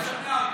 בבקשה.